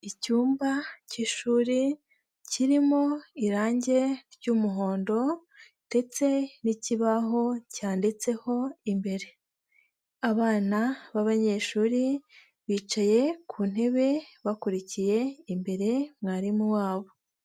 Icyumba cy'ishuri kirimo irange ry'umuhondo ndetse n'ikibaho cyanditseho imbere, abana b'abanyeshuri bicaye ku ntebe bakurikiye imbere mwarimu wabo.